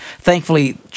Thankfully